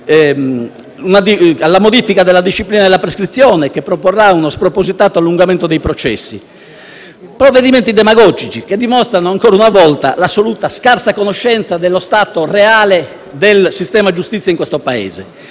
alla modifica della disciplina della prescrizione, che produrrà uno spropositato allungamento dei processi. Si tratta di provvedimenti demagogici, che dimostrano, ancora una volta, l'assoluta scarsa conoscenza dello stato reale del sistema giustizia in questo Paese.